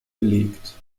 belegt